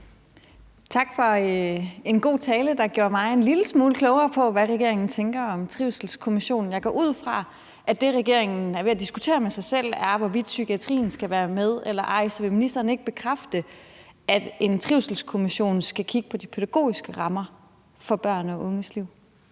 Tak for en god tale, der gjorde mig en lille smule klogere på, hvad regeringen tænker om trivselskommissionen. Jeg går ud fra, at det, regeringen er ved at diskutere med sig selv, er, hvorvidt psykiatrien skal være med eller ej. Så vil ministeren ikke bekræfte, at en trivselskommission skal kigge på de pædagogiske rammer for børns og unges liv?